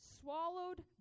swallowed